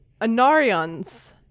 Anarions